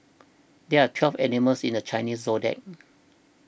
there are twelve animals in the Chinese zodiac